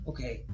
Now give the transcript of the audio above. Okay